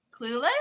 Clueless